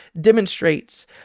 demonstrates